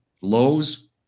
lows